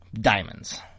Diamonds